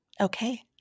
Okay